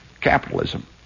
Capitalism